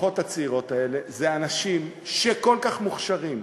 המשפחות הצעירות האלה הם אנשים שהם כל כך מוכשרים,